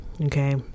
okay